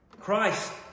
Christ